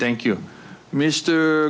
thank you m